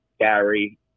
Gary